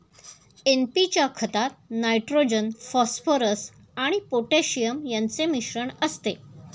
NP च्या खतात nitrogen, phosphorus आणि पोटॅशियम यांचे मिश्रण असते